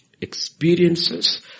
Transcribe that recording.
experiences